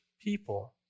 people